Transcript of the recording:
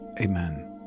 Amen